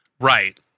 right